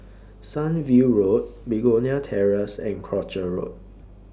Sunview Road Begonia Terrace and Croucher Road